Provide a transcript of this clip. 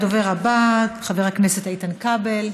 הדובר הבא, חבר הכנסת איתן כבל.